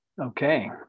Okay